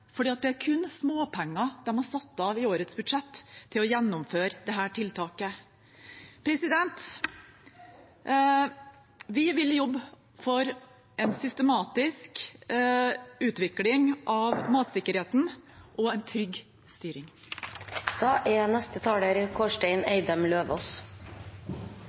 det er kun småpenger de har satt av i årets budsjett til å gjennomføre dette tiltaket. Vi vil jobbe for en systematisk utvikling av matsikkerheten og en trygg